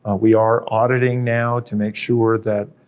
ah we are auditing now to make sure that,